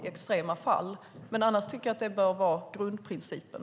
Annars tycker jag att tillträde måste vara grundprincipen.